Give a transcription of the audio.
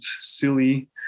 silly